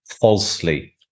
falsely